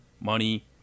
money